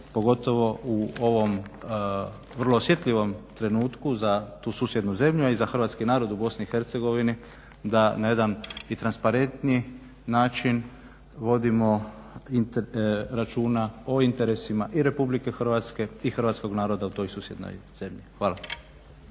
pogotovo u ovom vrlo osjetljivom trenutku za tu susjednu zemlju, a i za hrvatski narod u BiH da na jedan i transparentniji način vodimo računa o interesima i RH i hrvatskog naroda u toj susjednoj zemlji. Hvala.